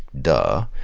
duh,